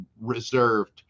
reserved